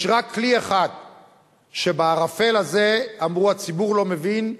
יש רק כלי אחד שבערפל הזה אמרו: הציבור לא מבין,